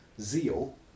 zeal